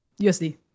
USD